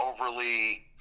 overly